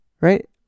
right